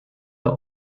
the